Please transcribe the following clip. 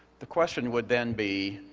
the question would then be,